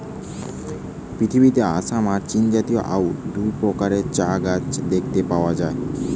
পৃথিবীতে আসাম আর চীনজাতীয় অউ দুই প্রকারের চা গাছ দেখতে পাওয়া যায়